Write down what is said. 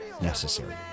necessary